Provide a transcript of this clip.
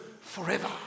forever